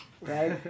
right